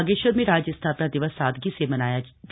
बागेश्वर में राज्य स्थापना दिवस सादगी से मनाया गया